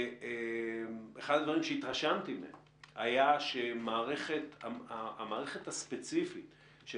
ואחד הדברים שהתרשמתי מהם היה שהמערכת הספציפית של